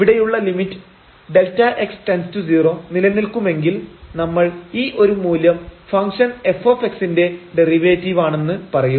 ഇവിടെയുള്ള limit Δx→0 നിലനിൽക്കുമെങ്കിൽ നമ്മൾ ഈ ഒരു മൂല്യം ഫംഗ്ഷൻ f ന്റെ ഡെറിവേറ്റീവാണെന്ന് പറയും